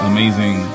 Amazing